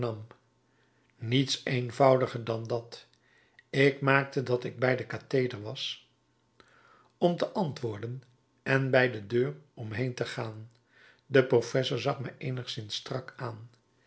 niets eenvoudiger dan dat ik maakte dat ik bij den catheder was om te antwoorden en bij de deur om heên te gaan de professor zag mij eenigszins strak aan